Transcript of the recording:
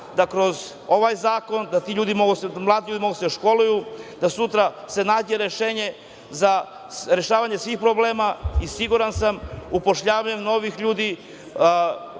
da kroz ovaj zakon, da ti mladi mogu da se školuju, da se sutra nađe rešenje za rešavanje svih problema i siguran sam, upošljavanjem novih ljudi,